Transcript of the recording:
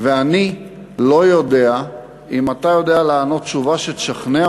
ואני לא יודע אם אתה יודע לענות תשובה שתשכנע